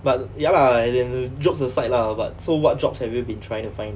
but ya lah and then jokes aside lah but so what jobs have you been trying to find